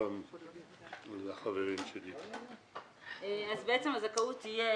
אז הזכאות תהיה